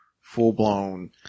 full-blown